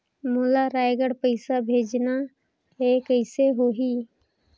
मोला रायगढ़ पइसा भेजना हैं, कइसे होही?